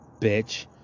bitch